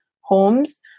homes